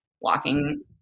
walking